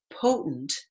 potent